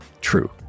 true